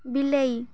ବିଲେଇ